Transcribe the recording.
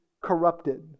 corrupted